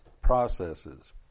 processes